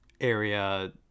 area